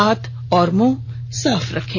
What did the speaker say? हाथ और मुंह साफ रखें